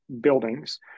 buildings